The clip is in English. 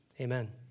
Amen